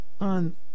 on